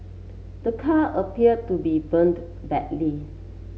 the car appeared to be burnt badly